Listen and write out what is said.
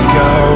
go